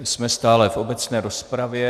Jsme stále v obecné rozpravě.